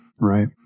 right